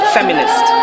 Feminist